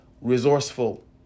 resourceful